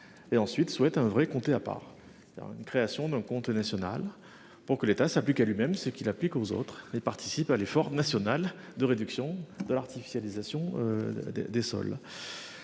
Et ensuite, souhaite un vrai comptés à part dans une création d'un compte national pour que l'État s'applique à lui-même, c'est qu'il applique aux autres et participe à l'effort national de réduction de l'artificialisation. Des sols.